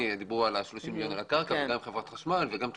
דיברו על 30 מיליון על הקרקע עם רמ"י וגם עם חברת חשמל וגם תכנון.